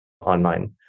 online